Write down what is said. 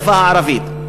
השפה הערבית.